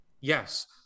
yes